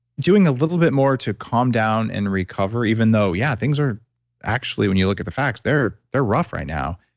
doing a little bit more to calm down and recover even though, yeah, things are actually when you look at the facts, they're they're rough right now,